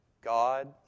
God